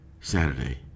Saturday